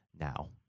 now